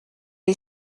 est